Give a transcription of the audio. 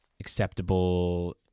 acceptable